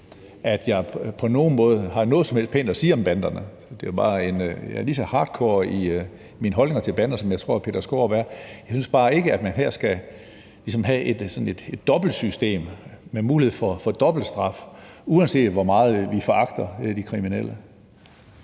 at jeg på nogen måde har noget som helst pænt at sige om banderne, for jeg er lige så hardcore i mine holdninger til bander, som jeg tror hr. Peter Skaarup er, men jeg synes bare ikke, at man her ligesom skal have et dobbeltsystem med mulighed for dobbelt straf, uanset hvor meget vi foragter de kriminelle.